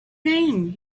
name